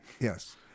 Yes